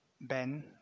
Ben